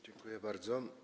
Dziękuję bardzo.